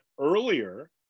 earlier